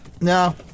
No